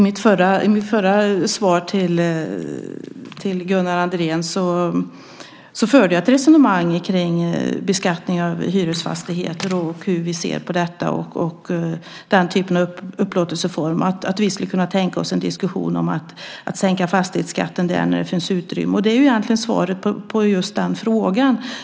Herr talman! I mitt förra svar till Gunnar Andrén förde jag ett resonemang om beskattningen av hyresfastigheter och om hur vi ser på den saken och på den typen av upplåtelseform. Vi skulle kunna tänka oss en diskussion om att sänka fastighetsskatten i det avseendet när det finns ett utrymme. Det är egentligen svaret på just den frågan.